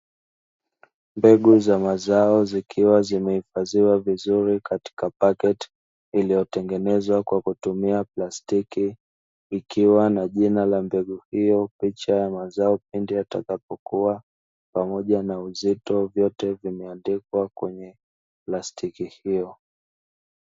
Mbegu za mazao zikiwa zimeifadhiwa vizuri katika pakiti iliyotengenezwa kwa kutumia plastiki ikiwa na jina la mbegu hiyo, picha ya mazao pindi yatakapokua pamoja na uzito vyote vimeandikwa kwenye plastiki hiyo.